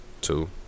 Two